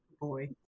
boy